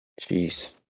Jeez